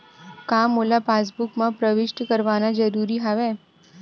का मोला पासबुक म प्रविष्ट करवाना ज़रूरी हवय?